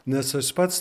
nes aš pats